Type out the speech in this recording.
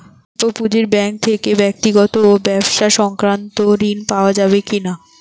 স্বল্প পুঁজির ব্যাঙ্ক থেকে ব্যক্তিগত ও ব্যবসা সংক্রান্ত ঋণ পাওয়া যাবে কিনা?